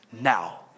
now